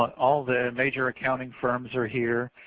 all the major accounting firms are here.